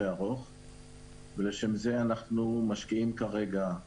ולשם זה אנחנו משקיעים כרגע,